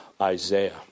Isaiah